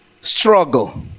struggle